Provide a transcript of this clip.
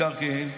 שמאי מקרקעין,